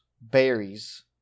berries